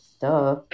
Duh